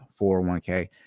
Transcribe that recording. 401k